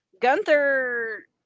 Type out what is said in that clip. Gunther